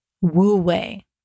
Wu-wei